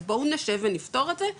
אז בואו נשב ונפתור את זה-